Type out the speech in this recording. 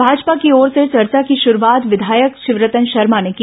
भाजपा की ओर से चर्चा की शुरुआत विधायक शिवरतन शर्मा ने की